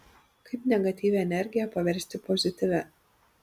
kaip negatyvią energiją paversti pozityvia